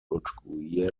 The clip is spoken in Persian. رکگویی